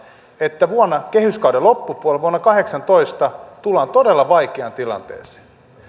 että kehyskauden loppupuolella vuonna kahdeksantoista tullaan todella vaikeaan tilanteeseen